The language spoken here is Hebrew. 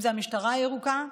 אם זו המשטרה הירוקה,